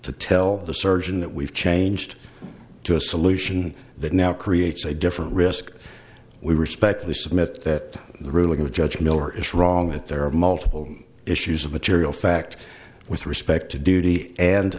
to tell the surgeon that we've changed to a solution that now creates a different risk we respectfully submit that the ruling the judge miller is wrong that there are multiple issues of material fact with respect to duty and